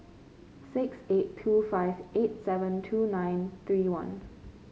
six eight two five eight seven two nine three one